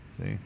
See